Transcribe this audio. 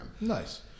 Nice